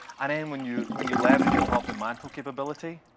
and then, when you when you leverage and top the mantle capability,